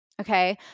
Okay